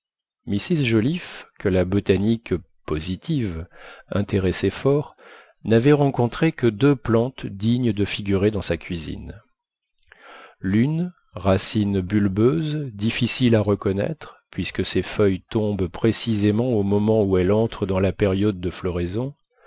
mrs joliffe que la botanique positive intéressait fort n'avait rencontré que deux plantes dignes de figurer dans sa cuisine l'une racine bulbeuse difficile à reconnaître puisque ses feuilles tombent précisément au moment où elle entre dans la période de floraison